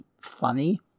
funny